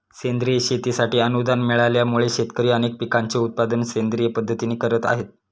सेंद्रिय शेतीसाठी अनुदान मिळाल्यामुळे, शेतकरी अनेक पिकांचे उत्पादन सेंद्रिय पद्धतीने करत आहेत